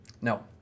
No